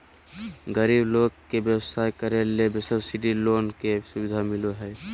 गरीब लोग के व्यवसाय करे ले सब्सिडी लोन के सुविधा मिलो हय